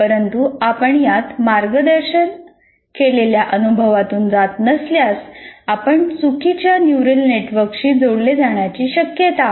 परंतु आपण यात मार्गदर्शन केलेल्या अनुभवातून जात नसल्यास आपण चुकीच्या न्यूरल नेटवर्कशी जोडले जाण्याची शक्यता आहे